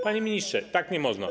Panie ministrze, tak nie można.